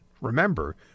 Remember